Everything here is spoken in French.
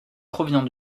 provient